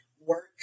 work